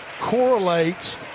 correlates